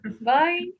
Bye